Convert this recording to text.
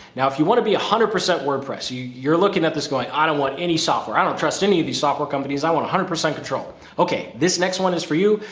now, if you want to be a hundred percent wordpress, you're looking at this going, i don't want any software. i don't trust any of these software companies. i want a hundred percent control. okay, this next one is for you.